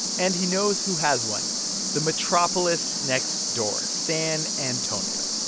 and he knows who has one the metropolis next door, san antonio.